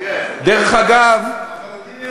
דרך אגב, כן.